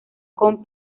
con